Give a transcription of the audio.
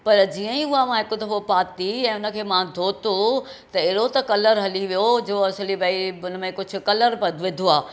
पर जीअं ई उहा मां हिकु दफ़ो पाती ऐं हुन खे मां धोतो त अहिड़ो त कलर हली वियो जो असली भई हुन में कुझु कलर विधो आहे